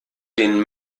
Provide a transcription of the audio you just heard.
den